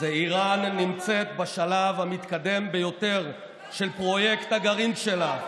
ואיראן נמצאת בשלב המתקדם ביותר של פרויקט הגרעין שלה.